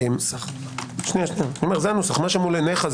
מה שמולך זה